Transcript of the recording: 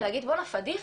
פדיחה,